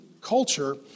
culture